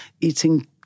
eating